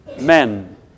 Men